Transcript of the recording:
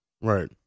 Right